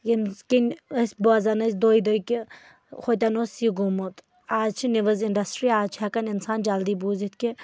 ییٚمہِ کِن أسۍ بوزان ٲسۍ دۄیہِ دۄہہِ کہِ ہوٚتیٚن اوس یہِ گوٚمُت آز چھِ نِوز اِنٛڈسٹری آز چھُ ہٮ۪کان اِنسان جلدی بوٗزِتھ کہِ